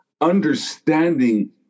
understanding